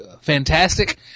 fantastic